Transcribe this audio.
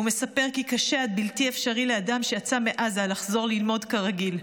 והוא מספר כי קשה עד בלתי אפשרי לאדם שיצא מעזה לחזור ללמוד כרגיל,